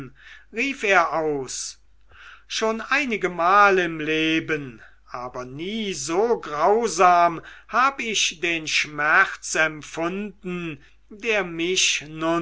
rief er aus schon einigemal im leben aber nie so grausam hab ich den schmerz empfunden der mich